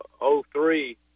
03